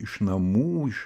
iš namų iš